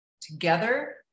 together